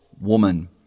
woman